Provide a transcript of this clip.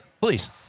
Please